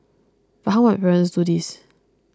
but how might parents do this